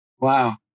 Wow